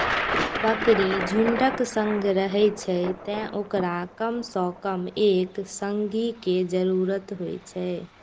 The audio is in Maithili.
बकरी झुंडक संग रहै छै, तें ओकरा कम सं कम एक संगी के जरूरत होइ छै